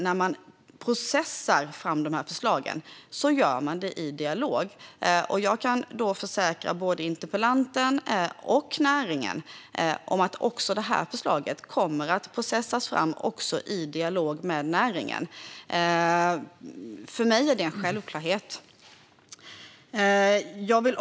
När man processar fram dessa förslag är det viktigt att göra det i dialog. Jag kan försäkra både interpellanten och näringen om att också detta förslag kommer att processas fram i dialog med näringen. För mig är det en självklarhet.